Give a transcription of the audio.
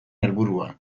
helburua